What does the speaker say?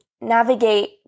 navigate